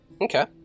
Okay